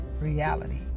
reality